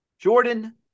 Jordan